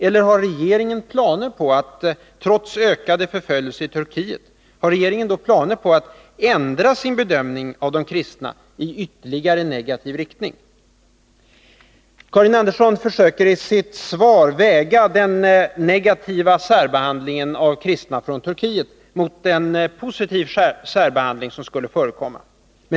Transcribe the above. Eller har regeringen — trots ökade förföljelser i Turkiet — planer på att ändra sin bedömning av de kristna i ytterligare negativ riktning? Karin Andersson försöker att i sitt svar väga den negativa särbehandlingen av kristna från Turkiet mot en positiv särbehandling som skulle förekomma.